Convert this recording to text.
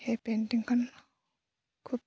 সেই পেইণ্টিংখন খুব